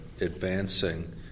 advancing